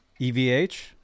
EVH